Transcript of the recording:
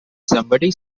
somebody